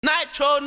Nitro